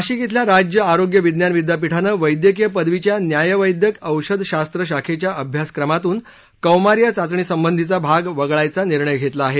नाशिक इथल्या राज्य आरोग्य विज्ञान विद्यापीठानं वैद्यकीय पदवीच्या न्यायवैद्यक औषध शास्त्र शाखेच्या अभ्यासक्रमातून कौमार्य चाचणी संबंधीचा भाग वगळण्याचा निर्णय घेतला आहे